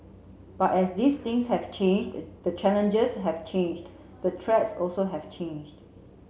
but as these things have changed the challenges have changed the threats also have changed